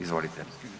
Izvolite.